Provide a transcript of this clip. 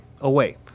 away